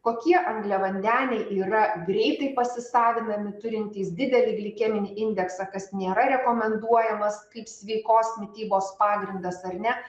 kokie angliavandeniai yra greitai pasisavinami turintys didelį glikeminį indeksą kas nėra rekomenduojamas kaip sveikos mitybos pagrindas ar ne